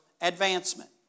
advancement